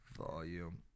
Volume